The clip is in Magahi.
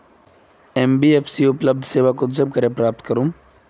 एन.बी.एफ.सी उपलब्ध सेवा कुंसम करे प्राप्त करूम?